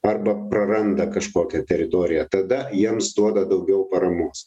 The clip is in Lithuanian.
arba praranda kažkokią teritoriją tada jiems duoda daugiau paramos